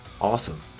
Awesome